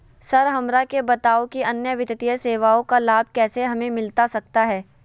Sir हमरा के बताओ कि अन्य वित्तीय सेवाओं का लाभ कैसे हमें मिलता सकता है?